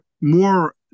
more